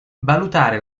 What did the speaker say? valutare